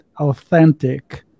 authentic